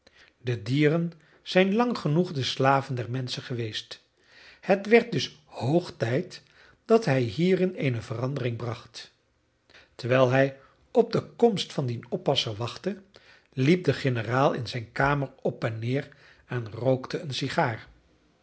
de dieren zijn lang genoeg de slaven der menschen geweest het werd dus hoog tijd dat hij hierin eene verandering bracht terwijl hij op de komst van dien oppasser wachtte liep de generaal in zijn kamer op en neer en rookte een sigaar